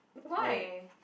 why